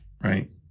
right